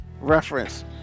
reference